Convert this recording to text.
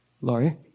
Laurie